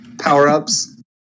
power-ups